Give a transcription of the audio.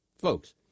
folks